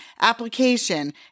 application